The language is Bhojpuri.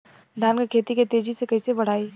धान क खेती के तेजी से कइसे बढ़ाई?